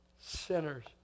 sinners